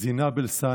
זינב אלסאנע,